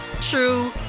true